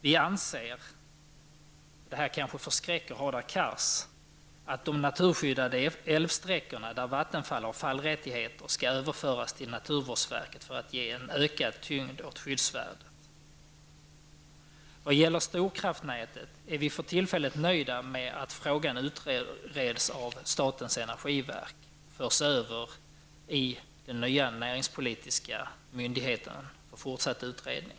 Det förskräcker kanske Hadar Cars, men vi i vänsterpartiet anser att de naturskyddade älvsträckorna där Vattenfall har fallrättigheter skall överföras till naturvårdsverket för att ge en ökad tyngd åt skyddsvärdet. Vad gäller storkraftnätet är vi för tillfället nöjda med att frågan utreds av statens energiverk för att sedan föras över till den nya näringspolitiska myndigheten för fortsatt utredning.